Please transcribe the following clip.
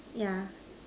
yeah